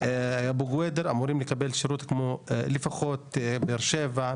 אמורים לקבל שירות כמו באר שבע,